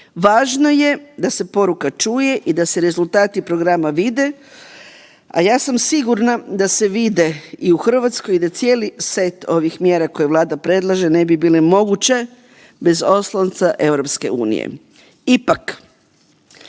Važno je da se poruka čuje i da se rezultati programa vide, a ja sam sigurna da se vide i u Hrvatskoj i da cijeli set ovih mjera koje Vlada predlaže ne bi bile moguće bez oslonca EU. Ipak,